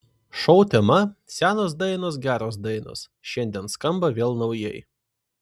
šou tema senos dainos geros dainos šiandien skamba vėl naujai